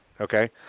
Okay